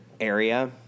area